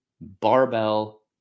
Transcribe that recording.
barbell